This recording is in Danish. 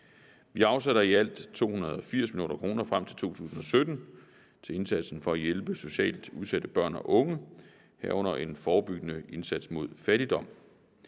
Vi afsætter i alt 280 mio. kr. frem til 2017 til indsatsen for at hjælpe socialt udsatte børn og unge, herunder en forebyggende indsats mod fattigdom.